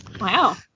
Wow